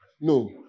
no